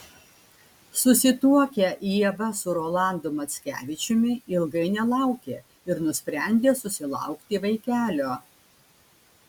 susituokę ieva su rolandu mackevičiumi ilgai nelaukė ir nusprendė susilaukti vaikelio